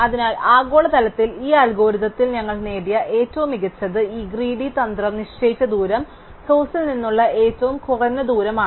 അതിനാൽ ആഗോളതലത്തിൽ ഈ അൽഗോരിതത്തിൽ ഞങ്ങൾ നേടിയ ഏറ്റവും മികച്ചത് ഈ ഗ്രീഡി തന്ത്രം നിശ്ചയിച്ച ദൂരം സോഴ്സ്ൽ നിന്നുള്ള ഏറ്റവും കുറഞ്ഞ ദൂരമാണ്